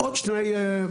עוד שני תדרים.